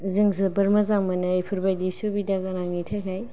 जों जोबोर मोजां मोनो इफोर बयदि सुबिदा गोनांनि थाखाय